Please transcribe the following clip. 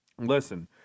listen